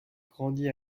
grandit